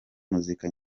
muzika